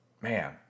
man